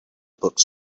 books